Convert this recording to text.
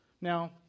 Now